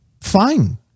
fine